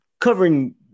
covering